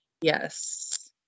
Yes